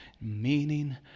meaning